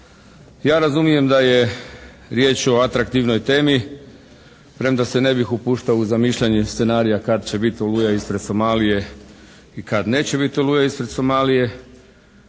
Ja razumijem da je riječ o atraktivnoj temi premda se ne bih upuštao u zamišljanje scenarija kad će biti oluja ispred Somalije i kad neće biti oluja ispred Somalije.